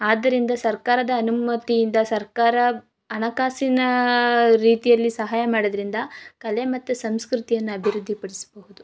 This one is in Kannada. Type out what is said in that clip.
ಆದ್ದರಿಂದ ಸರ್ಕಾರದ ಅನುಮತಿಯಿಂದ ಸರ್ಕಾರ ಹಣಕಾಸಿನ ರೀತಿಯಲ್ಲಿ ಸಹಾಯ ಮಾಡೋದ್ರಿಂದ ಕಲೆ ಮತ್ತು ಸಂಸ್ಕೃತಿಯನ್ನು ಅಭಿವೃದ್ಧಿ ಪಡಿಸಬಹುದು